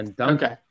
okay